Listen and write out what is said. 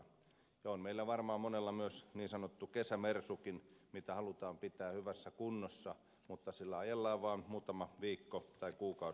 ja on meistä varmaan monella myös niin sanottu kesä mersu joka halutaan pitää hyvässä kunnossa mutta sillä ajellaan vaan muutama viikko tai kuukausi kesällä